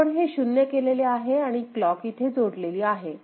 आपण हे शून्य केलेले आहे आणि क्लॉक इथे जोडलेली आहे